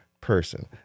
person